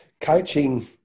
Coaching